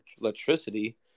electricity